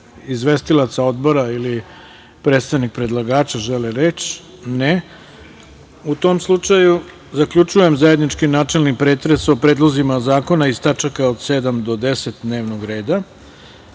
izvestilaca odbora ili predstavnik predlagača, žele reč? (Ne.)U tom slučaju, zaključujem zajednički načelni pretres o predlozima zakona iz tačaka od 7. do 10. dnevnog reda. Sutra